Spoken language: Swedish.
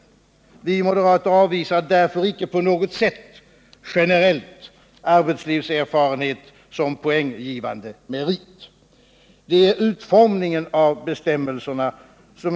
Vi moderater avvisar därför icke på något sätt generellt arbetslivserfarenhet som poänggivande merit. Det är utformningen av bestämmelserna vi vänder oss emot.